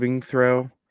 throw